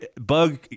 bug